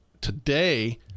today